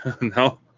no